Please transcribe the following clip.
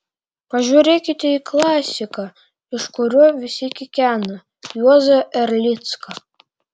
pažiūrėkite į klasiką iš kurio visi kikena juozą erlicką